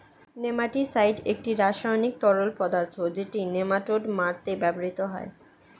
nematicide একটি রাসায়নিক তরল পদার্থ যেটি নেমাটোড মারতে ব্যবহৃত হয়